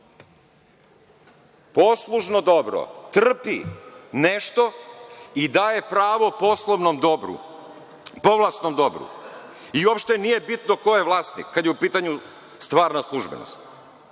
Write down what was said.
Poslužno dobro trpi nešto i daje pravo povlasnom dobru, i uopšte nije bitno ko je vlasnik, kada je u pitanju stvarna službenost.